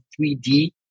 3d